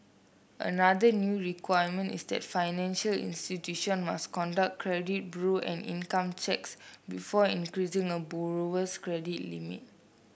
another new requirement is that financial institution must conduct credit bureau and income checks before increasing a borrower's credit limit